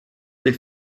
del